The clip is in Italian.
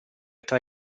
tra